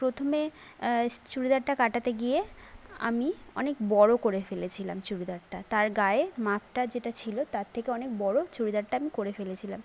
প্রথমে চুড়িদারটা কাটাতে গিয়ে আমি অনেক বড়ো করে ফেলেছিলাম চুড়িদারটা তার গায়ে মাপটা যেটা ছিল তার থেকে অনেক বড়ো চুড়িদারটা আমি করে ফেলেছিলাম